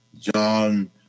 John